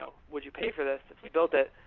so would you pay for this if we build it?